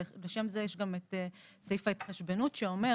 ולשם זה יש גם את סעיף ההתחשבנות שאומר